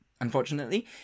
Unfortunately